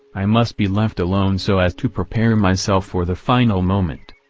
i must be left alone so as to prepare myself for the final moment.